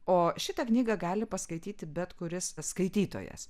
o šitą knygą gali paskaityti bet kuris skaitytojas